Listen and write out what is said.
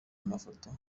mafoto